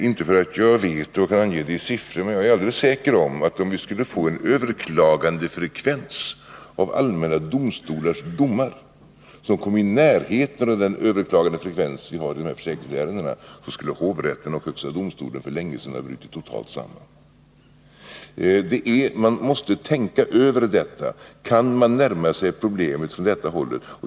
Inte för att jag kan ange det i siffror, men jag är alldeles säker på att om vi skulle få en överklagandefrekvens av allmänna domstolars domar som kom i närheten av den överklagandefrekvens som gäller försäkringsärendena, skulle hovrätten och högsta domstolen för länge sedan ha brutit samman totalt. Man måste tänka över om man kan närma sig problemet från detta håll.